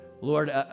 Lord